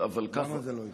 אבל, למה זה לא יקרה?